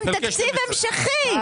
עם תקציב המשכי.